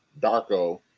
Darko